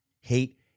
hate